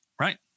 Right